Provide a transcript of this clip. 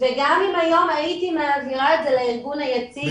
וגם אם היום הייתי מעבירה את זה לארגון היציג,